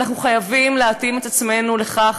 אנחנו חייבים להתאים את עצמנו לכך,